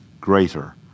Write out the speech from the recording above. greater